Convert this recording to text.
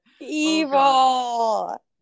Evil